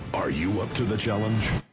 are you up to the challenge?